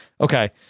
Okay